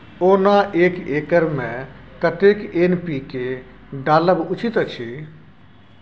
ओना एक एकर मे कतेक एन.पी.के डालब उचित अछि?